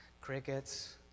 crickets